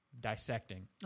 dissecting